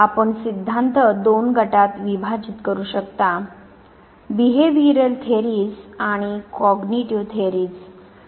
आपण सिद्धांत दोन गटात विभाजित करू शकता वर्तणूक सिद्धांत आणि संज्ञानात्मक सिद्धांत